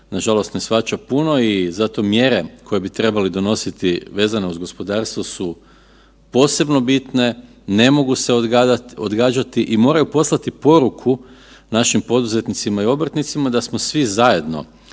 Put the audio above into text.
nažalost ne shvaća puno i zato mjere koje bi trebali donositi vezano uz gospodarstvo su posebno bitne, ne mogu se odgađati i moraju poslati poruku našim poduzetnicima i obrtnicima da smo svi zajedno